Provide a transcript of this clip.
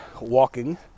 walking